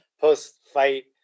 post-fight